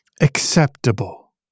Acceptable